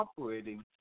operating